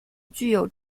具有